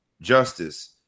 justice